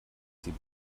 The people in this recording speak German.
sie